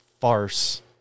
farce